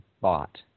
bought